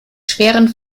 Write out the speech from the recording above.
schweren